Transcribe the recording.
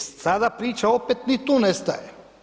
I sada priča opet ni tu ne staje.